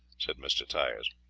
said mr. tyers.